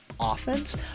Offense